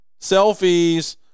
Selfies